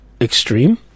Extreme